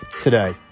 today